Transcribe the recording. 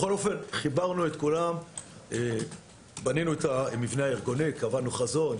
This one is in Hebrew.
בכל אופן חיברנו את כולם ובנינו את המבנה הארגוני; קבענו חזון,